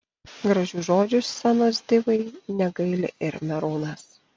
gražių žodžių scenos divai negaili ir merūnas